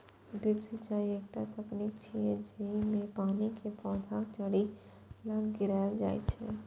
drip सिंचाइ एकटा तकनीक छियै, जेइमे पानि कें पौधाक जड़ि लग गिरायल जाइ छै